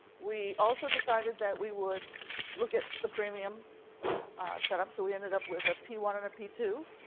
we also decided that we would look at the premium setup. so we ended up with a p one and a p two.